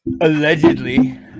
Allegedly